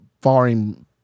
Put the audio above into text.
foreign